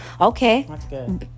okay